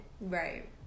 right